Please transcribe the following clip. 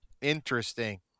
Interesting